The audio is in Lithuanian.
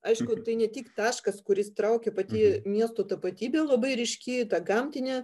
aišku tai ne tik taškas kuris traukia pati miesto tapatybė labai ryški ta gamtinė